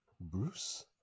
Bruce